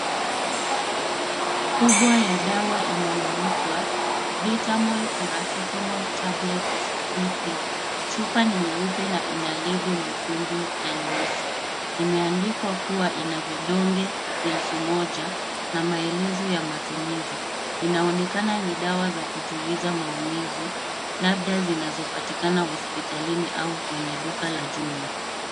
Chupa kubwa ya dawa inayoitwa Beta-mol Paracetamol Tablet BP inaonekana. Chupa hiyo ni nyeupe na ina lebo yenye rangi nyekundu na nyeusi. Imeandikwa kuwa ina vidonge elfu moja pamoja na maelezo ya matumizi. Hii ni dawa ya kutuliza maumivu, labda hupatikana hospitalini au kwenye maduka ya dawa makubwa.